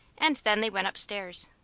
and then they went up-stairs.